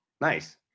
nice